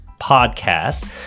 podcast